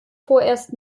vorerst